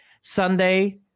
Sunday